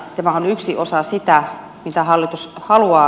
tämä on yksi osa sitä mitä hallitus haluaa